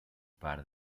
par